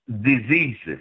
diseases